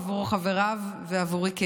עבור חבריו ועבורי כאימא.